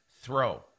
throw